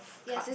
card